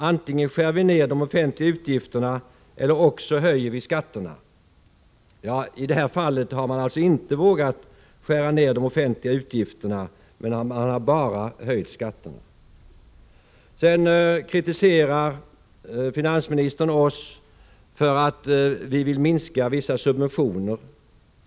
Antingen skär vi ner de offentliga utgifterna, eller också höjer vi skatterna.” I det här fallet har man alltså inte vågat skära ner de offentliga utgifterna, man har bara höjt skatterna. Finansministern kritiserar oss för att vi vill minska vissa subventioner.